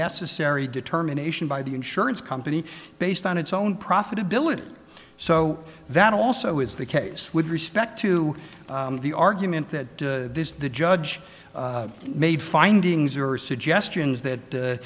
necessary determination by the insurance company based on its own profitability so that also is the case with respect to the argument that this the judge made findings or suggestions that